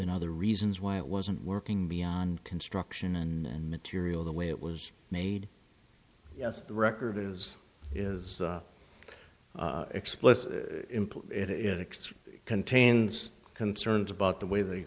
been other reasons why it wasn't working beyond construction and material the way it was made yes the record is is explicit it extra contains concerns about the way the